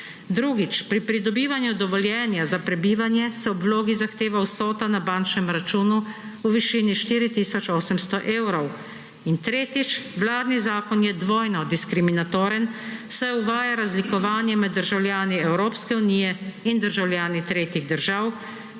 Drugič, pri pridobivanju dovoljenja za prebivanje se ob vlogi zahteva vsota na bančnem računu v višini 4 tisoč 800 evrov. In tretjič, vladni zakon je dvojno diskriminatoren, saj uvaja razlikovanje med državljani Evropske unije in državljani tretjih držav